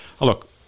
look